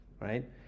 right